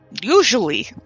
Usually